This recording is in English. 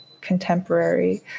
contemporary